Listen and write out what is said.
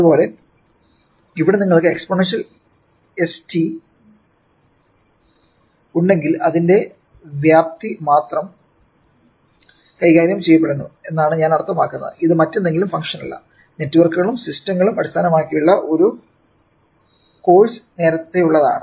അതുപോലെ ഇവിടെ നിങ്ങൾക്ക് എക്സ്പോണൻഷ്യൽ st ഉണ്ടെങ്കിൽ അതിന്റെ വ്യാപ്തി മാത്രം കൈകാര്യം ചെയ്യപ്പെടുന്നു എന്നാണ് ഞാൻ അർത്ഥമാക്കുന്നത് ഇത് മറ്റേതെങ്കിലും ഫംഗ്ഷനല്ല നെറ്റ്വർക്കുകളും സിസ്റ്റങ്ങളും അടിസ്ഥാനമാക്കിയുള്ള ഒരു കോഴ്സ് നേരത്തേയുള്ളതാണ്